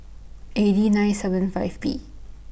A D nine seven five B